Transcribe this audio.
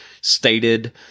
stated